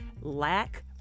lack